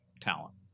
talent